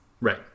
Right